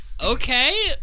Okay